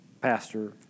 pastor